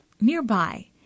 Nearby